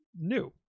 new